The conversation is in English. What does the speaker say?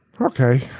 Okay